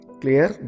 clear